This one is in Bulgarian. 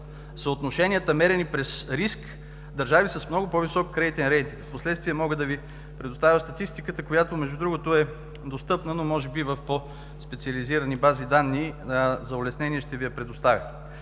съотношенията, мерени през риск, държави с много по-висок кредитен рейтинг. Впоследствие мога да Ви предоставя статистиката, която, между другото, е достъпна, но може би в по-специализирани бази данни – за улеснение, ще Ви я предоставя.